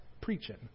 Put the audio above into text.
preaching